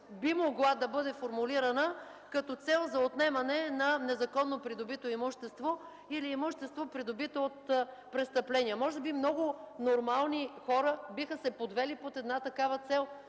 би могла да бъде формулирана като цел за отнемане на незаконно придобито имущество или имущество, придобито от престъпления. Може би много нормални хора биха се подвели под една такава цел.